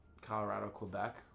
Colorado-Quebec